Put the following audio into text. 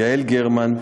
יעל גרמן,